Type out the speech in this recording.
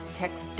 text